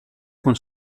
con